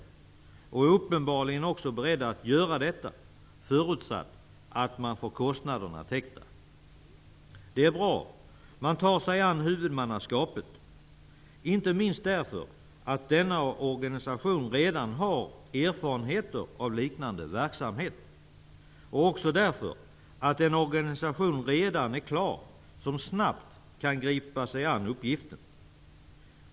Det är organisationen uppenbarligen också beredd att göra, förutsatt att man får kostnaderna täckta. Det är bra att man tar sig an huvudmannaskapet, inte minst för att denna organisation redan har erfarenheter av liknande verksamhet. Det är också bra att det redan finns en organisation som snabbt kan gripa sig an uppgiften.